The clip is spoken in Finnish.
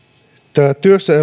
tämä